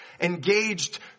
engaged